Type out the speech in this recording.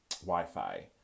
wi-fi